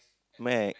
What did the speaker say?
Mac